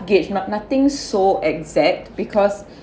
age but nothing so exact because